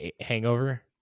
hangover